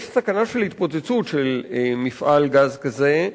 יש סכנה של התפוצצות של מפעל גז כזה,